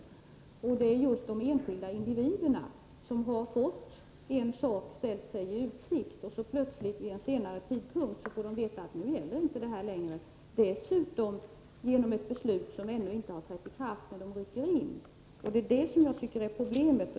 Här gäller det just de enskilda individer som har fått en sak ställd i utsikt, och plötsligt, vid en senare tidpunkt, får veta att detta inte längre gäller, och det på grund av ett beslut som ännu inte har trätt i kraft när de rycker in. Det är det som jag tycker är problemet.